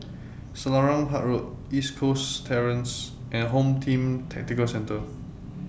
Selarang Park Road East Coast Terrace and Home Team Tactical Centre